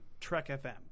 trekfm